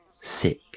Sick